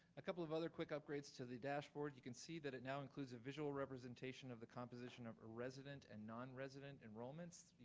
a couple of other quick upgrades to the dashboard. you can see that it now includes a visual representation of the composition of a resident and nonresident enrollments,